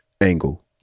angle